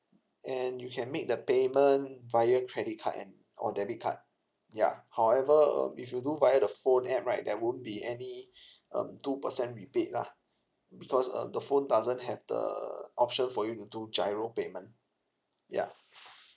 and you can make the payment via credit card and or debit card ya however um if you do via the phone app right there wouldn't be any um two percent rebate lah because uh the phone doesn't have the option for you to do G_I_R_O payment ya